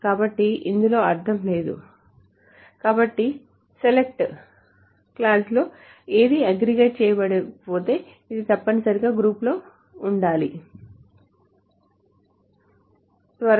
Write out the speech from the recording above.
కాబట్టి ఇందులో అర్ధం లేదు కాబట్టి సెలెక్ట్ క్లాజ్లో ఏదీ అగ్రిగేట్ చేయబడకపోతే అది తప్పనిసరిగా గ్రూప్లో ఉండాలి ద్వారా